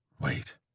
Wait